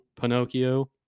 Pinocchio